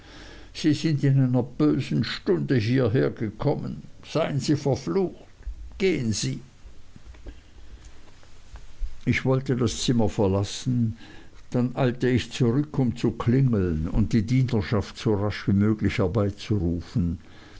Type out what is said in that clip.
sie sind in einer bösen stunde hierher gekommen seien sie verflucht gehen sie ich wollte das zimmer verlassen dann eilte ich zurück um zu klingeln und die dienerschaft so rasch wie möglich herbeizurufen